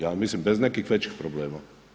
Ja mislim bez nekih većih problema.